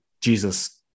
Jesus